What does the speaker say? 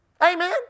Amen